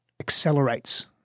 accelerates